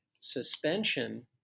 suspension